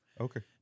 okay